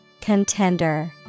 Contender